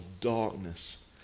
darkness